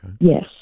Yes